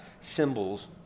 symbols